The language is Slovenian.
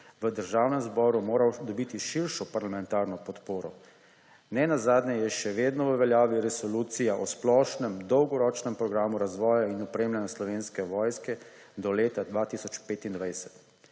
v Državnem zboru moral dobiti širšo parlamentarno podporo. Nenazadnje je še vedno v veljavi Resolucija o splošnem dolgoročnem programu razvoja in opremljanja Slovenske vojske do leta 2025,